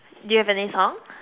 do you have any song